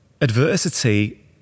adversity